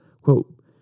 Quote